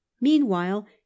Meanwhile